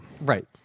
Right